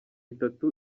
itatu